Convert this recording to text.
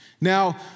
Now